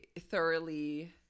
thoroughly